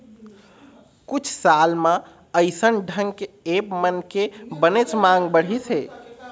कुछ साल म अइसन ढंग के ऐप मन के बनेच मांग बढ़िस हे